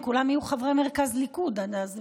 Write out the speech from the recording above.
הם כולם יהיו חברי מרכז ליכוד עד אז.